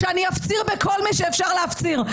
שאני אפציר בכל מי שאפשר להפציר,